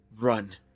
run